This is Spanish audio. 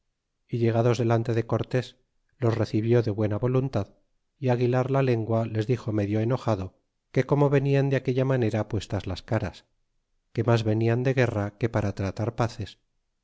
y llegados delante de cortés los recibió de buena voluntad y aguilar la lengua les dixo medio enojado que cómo venian de aquella manera puestas las caras que mas venian de guerra que para tratar paces